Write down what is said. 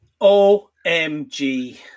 OMG